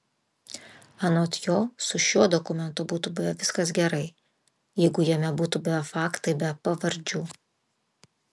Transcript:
anot jo su šiuo dokumentu būtų buvę viskas gerai jeigu jame būtų buvę faktai be pavardžių